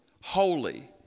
holy